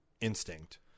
instinct